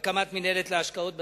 הקמת מינהלת להשקעות בתיירות.